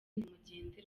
nimugende